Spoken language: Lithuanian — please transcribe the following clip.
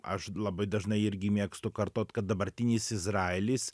aš labai dažnai irgi mėgstu kartot kad dabartinis izraelis